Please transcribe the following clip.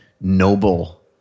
noble